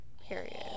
Period